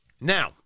Now